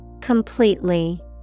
Completely